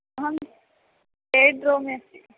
अहं तेर्ड् रोमे अस्ति